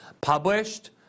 published